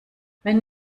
wenn